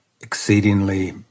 exceedingly